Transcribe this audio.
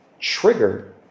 trigger